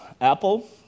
Apple